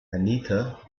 anita